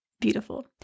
beautiful